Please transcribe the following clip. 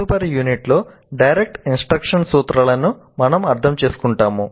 తదుపరి యూనిట్లో direct instruction సూత్రాలను మనము అర్థం చేసుకుంటాము